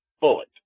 bullet